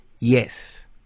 Yes